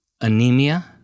Anemia